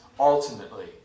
Ultimately